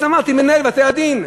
אז אמרתי: מנהל בתי-הדין,